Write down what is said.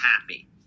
happy